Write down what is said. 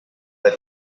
that